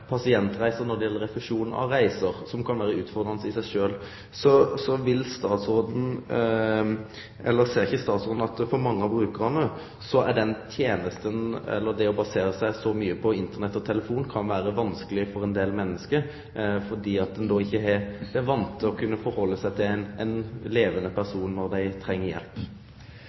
refusjon av pasientreiser som kan vere utfordrande i seg sjølv. Ser ikkje statsråden at det å basere seg så mykje på Internett og telefon kan vere vanskeleg for ein del menneske, fordi ein då ikkje har det vande, å kunne vende seg til ein levande person når ein treng hjelp?